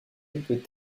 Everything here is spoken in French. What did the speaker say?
peut